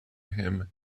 him